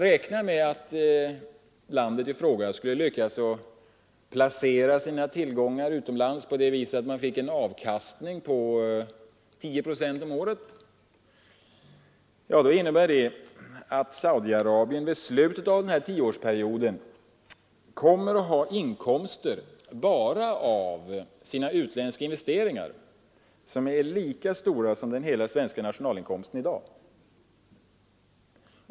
Räknar vi att landet i fråga skulle lyckas placera sina tillgångar utomlands på det sättet att man fick en avkastning på 10 procent om året, skulle det innebära att Saudi-Arabien vid slutet av tioårsperioden kommer att ha inkomster bara av sina utländska investeringar som är lika stora som hela den svenska nationalprodukten i dag.